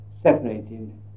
separated